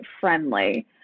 friendly